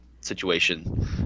situation